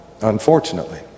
unfortunately